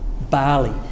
barley